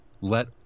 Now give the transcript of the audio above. let